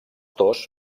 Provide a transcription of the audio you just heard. dos